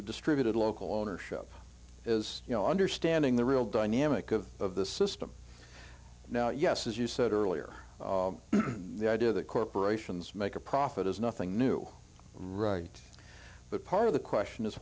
of distributed local ownership is you know understanding the real dynamic of the system now yes as you said earlier the idea that corporations make a profit is nothing new right but part of the question is